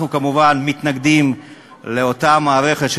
אנחנו כמובן מתנגדים לאותה מערכת של